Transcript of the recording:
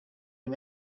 him